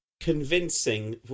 convincing